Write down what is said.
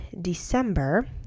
december